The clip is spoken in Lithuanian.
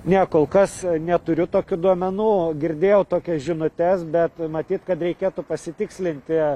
ne kol kas neturiu tokių duomenų girdėjau tokias žinutes bet matyt kad reikėtų pasitikslinti